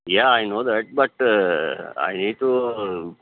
yeah I know that but I need to